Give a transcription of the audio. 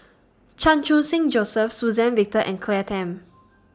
Chan Khun Sing Joseph Suzann Victor and Claire Tham